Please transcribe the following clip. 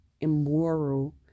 immoral